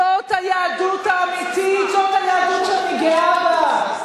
זאת היהדות האמיתית, זאת היהדות שאני גאה בה.